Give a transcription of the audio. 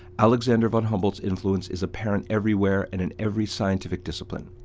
alexander von humboldt's influence is apparent everywhere and in every scientific discipline.